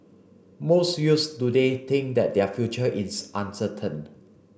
most youths today think that their future is uncertain